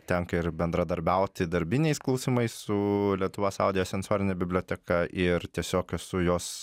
tenka ir bendradarbiauti darbiniais klausimais su lietuvos audio sensorine biblioteka ir tiesiog esu jos